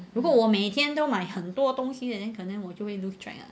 如果我每天都买很多东西的可能我就会 lose track lah